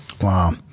wow